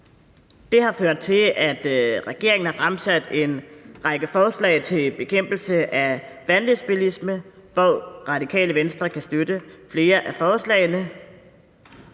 Det har ført til, at regeringen har fremsat en række forslag til bekæmpelse af vanvidsbilisme, hvor Radikale Venstre kan støtte flere af forslagene.